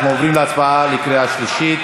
אנחנו עוברים להצבעה בקריאה שלישית.